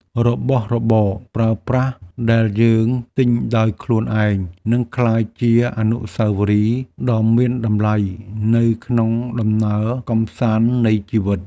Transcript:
របស់របរប្រើប្រាស់ដែលយើងទិញដោយខ្លួនឯងនឹងក្លាយជាអនុស្សាវរីយ៍ដ៏មានតម្លៃនៅក្នុងដំណើរកម្សាន្តនៃជីវិត។